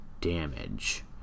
damage